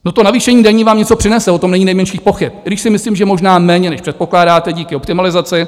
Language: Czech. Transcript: No, navýšení daní vám něco přinese, o tom není nejmenší pochyb, i když si myslím, že možná méně, než předpokládáte díky optimalizaci.